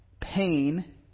pain